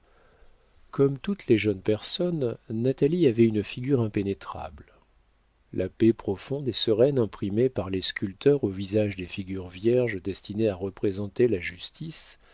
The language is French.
comme toutes les jeunes personnes natalie avait une figure impénétrable la paix profonde et sereine imprimée par les sculpteurs aux visages des figures vierges destinées à représenter la justice